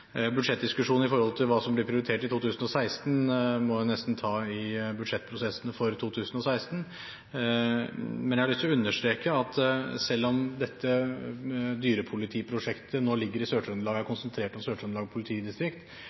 hva som blir prioritert i 2016, må vi nesten ta i budsjettprosessene for 2016, men jeg har lyst til å understreke at selv om dette dyrepolitiprosjektet nå ligger i Sør-Trøndelag og er konsentrert om Sør-Trøndelag politidistrikt,